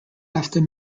after